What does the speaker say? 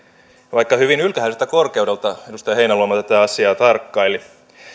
vaikka hyvin ylhäiseltä korkeudelta edustaja heinäluoma tätä asiaa tarkkaili